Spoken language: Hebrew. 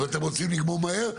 אם אתם רוצים לגמור מהר,